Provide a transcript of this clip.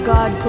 God